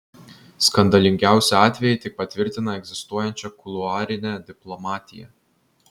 skandalingiausi atvejai tik patvirtina egzistuojančią kuluarinę diplomatiją